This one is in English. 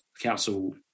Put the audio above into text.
council